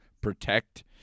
protect